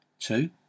Two